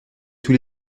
tous